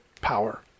power